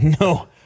No